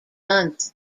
month